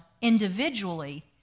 individually